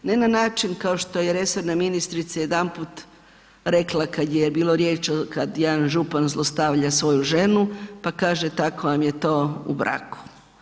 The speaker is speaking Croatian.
Ne na način kao što je resorna ministrica jedanput rekla kad je bilo riječ kad jedan župan zlostavlja svoju ženu, pa kaže „tako vam je to u braku“